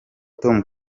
tom